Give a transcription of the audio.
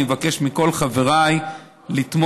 אני מבקש מכל חבריי לתמוך.